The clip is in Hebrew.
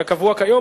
כקבוע כיום,